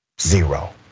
zero